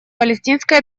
палестинской